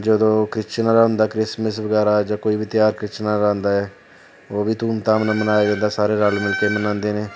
ਜਦੋਂ ਕ੍ਰਿਸ਼ਚਨਾਂ ਦਾ ਹੁੰਦਾ ਕ੍ਰਿਸਮਿਸ ਵਗੈਰਾ ਜਾਂ ਕੋਈ ਵੀ ਤਿਉਹਾਰ ਕ੍ਰਿਸ਼ਚਨਾਂ ਦਾ ਆਉਂਦਾ ਹੈ ਉਹ ਵੀ ਧੂਮਧਾਮ ਨਾਲ ਮਨਾਇਆ ਜਾਂਦਾ ਸਾਰੇ ਰਲ ਮਿਲ ਕੇ ਮਨਾਉਂਦੇ ਨੇ